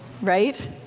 Right